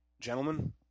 Gentlemen